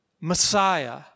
Messiah